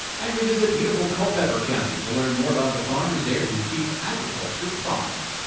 and we visit beautiful culpeper county to learn more about the farmers there who keep agriculture prominent.